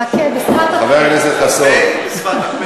חברת הכנסת ברקו, בבקשה, נא לעלות